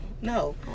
no